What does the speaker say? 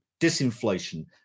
disinflation